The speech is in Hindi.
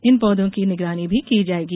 इन पौधों की निगरानी भी की जायेगी